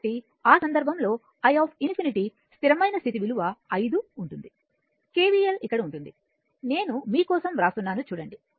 కాబట్టి ఆ సందర్భంలో i∞ స్థిరమైన స్థితి విలువ 5 ఉంటుంది KVL ఇక్కడ ఉంటుంది నేను మీ కోసం వ్రాస్తున్నాను చూడండి